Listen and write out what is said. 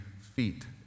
feet